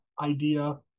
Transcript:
idea